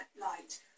light